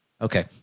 Okay